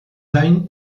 gain